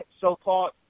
so-called